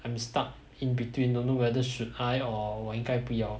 I'm stuck in between don't know whether should I or 我应该不要